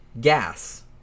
gas